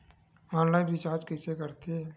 Online recharge कइसे करथे?